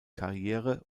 karriere